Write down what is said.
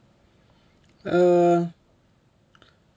err